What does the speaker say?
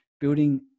building